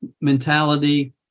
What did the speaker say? mentality